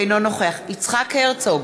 אינו נוכח יצחק הרצוג,